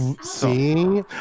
See